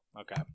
Okay